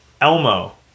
Elmo